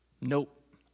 Nope